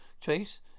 Chase